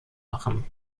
machen